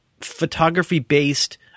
photography-based